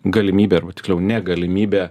galimybė arba tiksliau ne galimybė